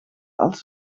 als